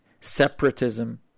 separatism